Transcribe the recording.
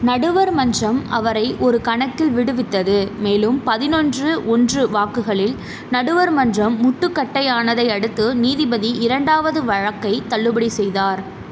நடுவர் மன்றம் அவரை ஒரு கணக்கில் விடுவித்தது மேலும் பதினொன்று ஒன்று வாக்குகளில் நடுவர் மன்றம் முட்டுக்கட்டையானதை அடுத்து நீதிபதி இரண்டாவது வழக்கை தள்ளுபடி செய்தார்